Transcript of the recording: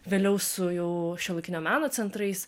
vėliau su jau šiuolaikinio meno centrais